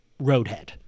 roadhead